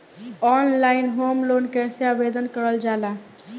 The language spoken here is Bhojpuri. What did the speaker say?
ऑनलाइन होम लोन कैसे आवेदन करल जा ला?